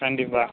கண்டிப்பாக